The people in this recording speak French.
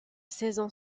saison